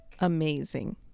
Amazing